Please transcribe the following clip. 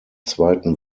zweiten